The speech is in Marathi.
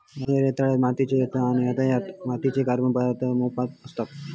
मुळो रेताळ मातीत येता आणि हयत्या मातीत कार्बन पदार्थ मोप असतत